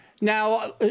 Now